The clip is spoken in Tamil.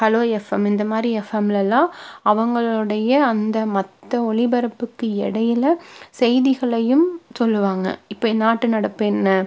ஹலோ எஃப்எம் இந்த மாதிரி எஃப்எம்லெல்லாம் அவங்களுடைய அந்த மற்ற ஒளிபரப்புக்கு இடையில செய்திகளையும் சொல்லுவாங்க இப்போ நாட்டு நடப்பு என்ன